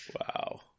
Wow